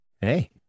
Hey